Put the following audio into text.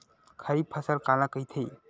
खरीफ फसल काला कहिथे?